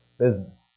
business